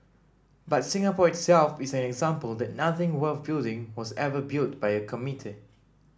but Singapore itself is an example that nothing worth building was ever built by a committee